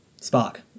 spark